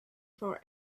for